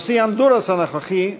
נשיא הונדורס הנוכחי,